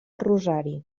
rosari